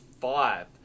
five